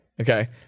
Okay